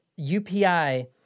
UPI